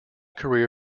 career